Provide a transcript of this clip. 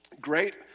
great